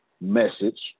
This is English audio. message